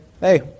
hey